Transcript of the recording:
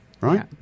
right